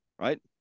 right